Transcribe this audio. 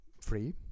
free